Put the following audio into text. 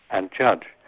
and judge.